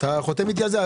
אתה חותם איתי על זה?